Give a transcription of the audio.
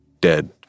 dead